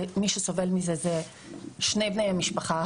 ומי שסובל מזה הם שאר בני המשפחה.